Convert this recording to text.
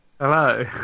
Hello